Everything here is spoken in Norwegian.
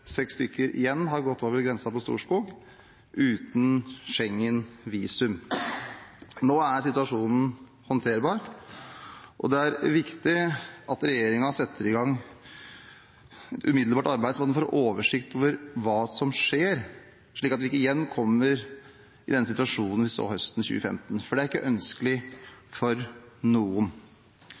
seks personer igjen har gått over grensen på Storskog uten Schengen-visum. Nå er situasjonen håndterbar. Det er viktig at regjeringen umiddelbart setter i gang et arbeid, slik at man får oversikt over hva som skjer, og slik at vi ikke igjen kommer i den situasjonen vi så høsten 2015. Det er ikke ønskelig for noen.